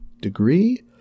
degree